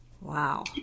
Wow